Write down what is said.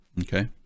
Okay